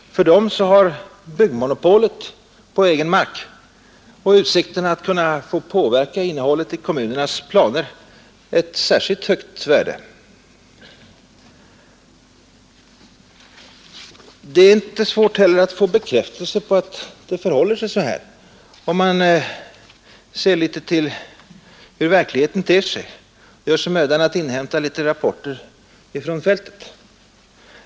För dem har byggmonopolet på egen mark och utsikterna att kunna få påverka innehållet i kommunernas planer ett särskilt högt värde. Det är inte heller svårt att få bekräftelse på att det förhåller sig så här, om man ser litet till hur verkligheten ter sig, gör sig mödan att inhämta litet rapporter från fältet.